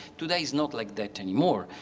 today, it's not like that anymore.